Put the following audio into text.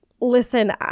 listen